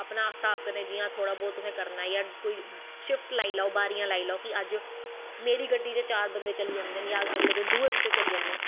अपनें हिसाब कन्नैं जियां तुसे करनां ऐ जां शिफ्ट लाई लैओ बारियां लाई लैओ कि अज्ज मेरी गड्डी च चार बंदे चली जंदे न जां एगले दिन